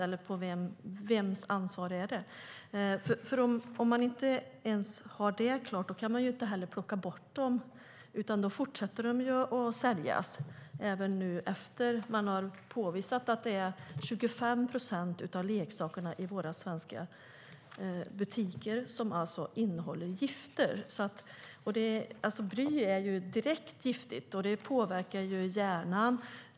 Om man inte ens har det klart för sig kan man inte plocka bort leksakerna, utan de fortsätter att säljas även efter att man har påvisat att 25 procent av leksakerna i våra svenska butiker innehåller gifter. Bly är direkt giftigt och påverkar hjärnan.